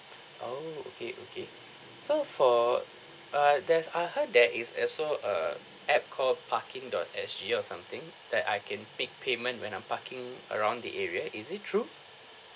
oh okay okay so for uh there's I heard there is also a app called parking dot S G or something that I can make payment when I'm parking around the area is it true